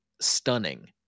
stunning